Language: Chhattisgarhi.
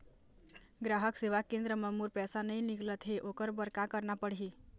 ग्राहक सेवा केंद्र म मोर पैसा नई निकलत हे, ओकर बर का करना पढ़हि?